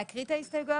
להקריא את ההסתייגויות?